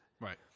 Right